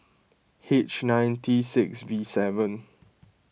H nine T six V seven